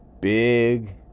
big